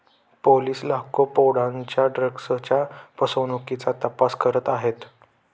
police लाखो पौंडांच्या ड्रग्जच्या फसवणुकीचा तपास करत आहेत